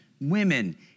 women